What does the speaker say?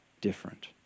different